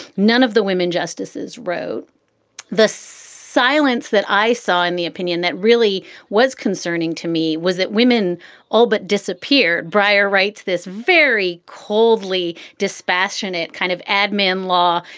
none of the women justices wrote the silence that i saw in the opinion that really was concerning to me was that women all but disappeared. breyer writes this very coldly dispassionate kind of admen law.